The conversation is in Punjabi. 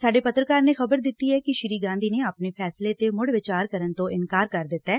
ਸਾਡੇ ਪੱਤਰਕਾਰ ਨੇ ਖਬਰ ਦਿੱਤੀ ਐ ਕਿ ਮੁੜ ਸ਼ੂੀ ਰਾਹੁਲ ਗਾਂਧੀ ਨੇ ਆਪਣੇ ਫੇਸਲੇ ਤੇ ਮੁੜ ਵਿਚਾਰ ਕਰਨ ਤੋਂ ਇੰਕਾਰ ਕਰ ਦਿੱਤੈ